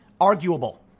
arguable